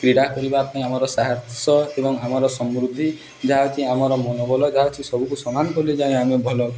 କ୍ରୀଡ଼ା କରିବା ପାଇଁ ଆମର ସାହାସ ଏବଂ ଆମର ସମୃଦ୍ଧି ଯାହା ଅଛି ଆମର ମନୋବଲ ଯାହା ଅଛି ସବୁକୁ ସମାନ କଲେ ଯାଏ ଆମେ ଭଲ